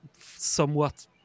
somewhat